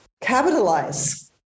capitalize